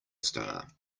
star